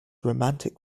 romantic